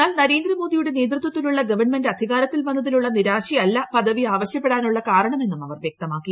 എന്നാൽ നരേന്ദ്രമോദിയുടെ നേതൃത്വത്തിലുള്ള ഗവൺമെന്റ് അധികാരത്തിൽ വന്നതിലുള്ള നിരാശയല്ല പദവി ആവശ്യപ്പെടാനുള്ള കാരണമെന്നും അവർ വ്യക്തമാക്കി